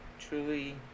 truly